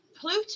Pluto